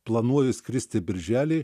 planuoju skristi birželį